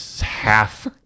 half